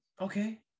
Okay